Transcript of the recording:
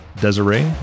Desiree